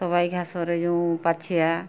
ସବାଇ ଘାସରେ ଯେଉଁ ପାଛିଆ